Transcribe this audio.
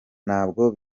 ntabwo